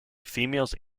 females